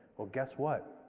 well, guess what?